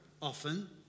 often